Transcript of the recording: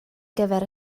gyfer